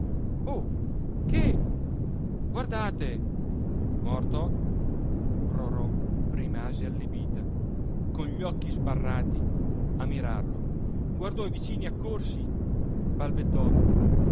che guardate morto rorò rimase allibita con gli occhi sbarrati a mirarlo guardò i vicini accorsi balbettò